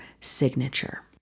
signature